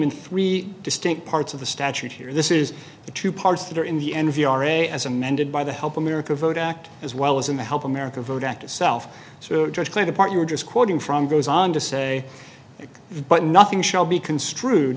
in three distinct parts of the statute here this is the two parts that are in the n v are a as amended by the help america vote act as well as in the help america vote act itself so just play the part you were just quoting from goes on to say it but nothing shall be construed